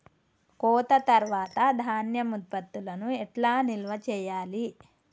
కోత తర్వాత ధాన్యం ఉత్పత్తులను ఎట్లా నిల్వ చేయాలి?